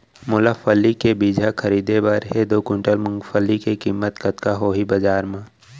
मोला फल्ली के बीजहा खरीदे बर हे दो कुंटल मूंगफली के किम्मत कतका होही बजार म?